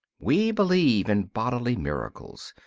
we believe in bodily miracles,